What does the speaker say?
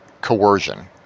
coercion